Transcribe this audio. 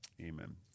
amen